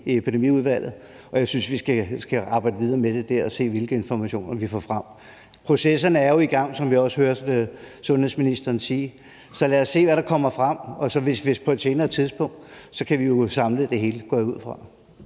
i Epidemiudvalget, og jeg synes, vi skal arbejde videre med det dér og se, hvilke informationer vi får frem. Processerne er jo i gang, som vi også hørte sundhedsministeren sige. Så lad os se, hvad der kommer frem, og på et senere tidspunkt kan vi jo samle det hele, går jeg ud fra.